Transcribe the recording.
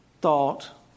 thought